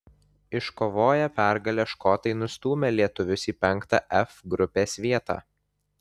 iškovoję pergalę škotai nustūmė lietuvius į penktą f grupės vietą